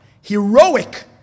heroic